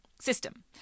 system